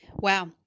Wow